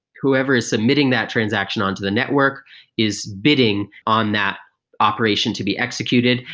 whoever is submitting that transaction on to the network is bidding on that operation to be executed,